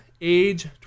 age